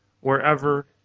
wherever